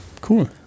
cool